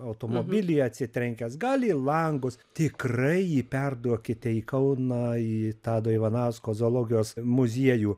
automobilį atsitrenkęs gal į langus tikrai jį perduokite į kauną į tado ivanausko zoologijos muziejų